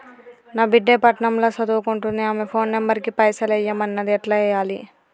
నా బిడ్డే పట్నం ల సదువుకుంటుంది ఆమె ఫోన్ నంబర్ కి పైసల్ ఎయ్యమన్నది ఎట్ల ఎయ్యాలి?